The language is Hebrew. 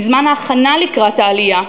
בזמן ההכנה לקראת העלייה,